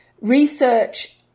research